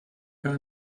gar